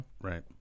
Right